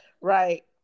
Right